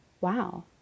wow